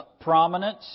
prominence